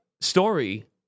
story